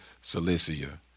Cilicia